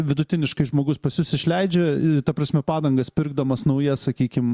vidutiniškai žmogus pas jus išleidžia ta prasme padangas pirkdamas naujas sakykim